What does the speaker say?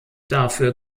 dafür